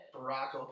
Barack